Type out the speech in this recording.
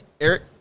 Eric